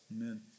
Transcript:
Amen